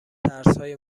ترسهای